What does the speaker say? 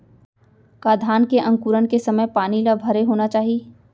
का धान के अंकुरण के समय पानी ल भरे होना चाही?